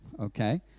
okay